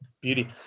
Beauty